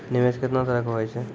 निवेश केतना तरह के होय छै?